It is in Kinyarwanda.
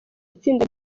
itsinda